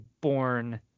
born